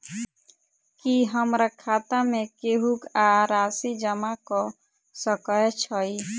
की हमरा खाता मे केहू आ राशि जमा कऽ सकय छई?